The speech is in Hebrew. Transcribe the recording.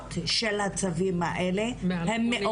הפרות של הצווים הם גבוהים.